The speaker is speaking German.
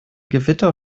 gewitter